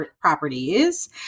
properties